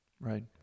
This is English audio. Right